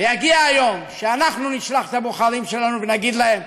ויגיע היום שאנחנו נשלח את הבוחרים שלנו ונגיד להם: